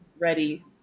ready